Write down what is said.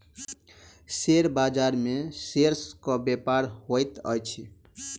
share बाजार में shares के व्यापार होइत अछि